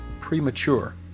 premature